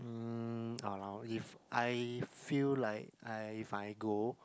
mm !walao! if I feel like I if I go